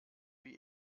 wie